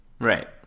Right